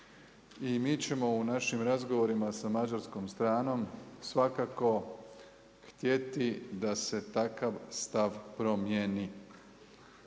I mi ćemo u razgovorima sa mađarskom stranom svakako htjeti da se takav stav promijeni.